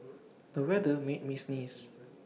the weather made me sneeze